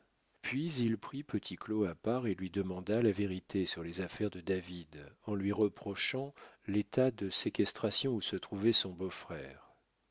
puis il prit petit claud à part et lui demanda la vérité sur les affaires de david en lui reprochant l'état de séquestration où se trouvait son beau-frère